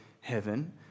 heaven